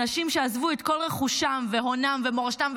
אנשים שעזבו את כל רכושם והונם ומורשתם,